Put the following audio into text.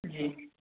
जी